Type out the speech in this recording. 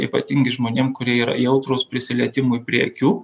ypatingai žmonėm kurie yra jautrūs prisilietimui prie akių